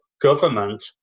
government